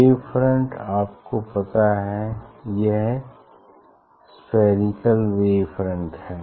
wavefront आपको पता है यह स्फेरिकल वेव फ्रंट है